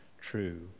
true